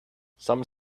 some